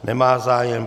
Nemá zájem.